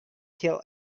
tell